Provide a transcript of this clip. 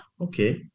okay